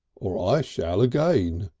or i shall again.